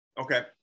Okay